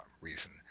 reason